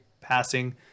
Passing